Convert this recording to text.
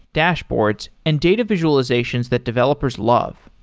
dashboards and data visualizations that developers love.